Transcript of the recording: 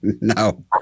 no